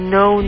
no